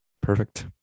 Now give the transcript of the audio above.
perfect